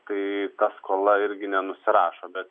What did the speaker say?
kai skola irgi nenusirašo bet